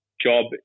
job